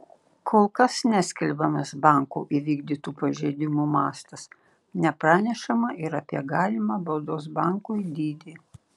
kol kas neskelbiamas banko įvykdytų pažeidimų mastas nepranešama ir apie galimą baudos bankui dydį